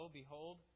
behold